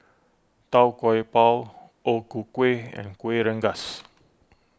Tau Kwa Pau O Ku Kueh and Kuih Rengas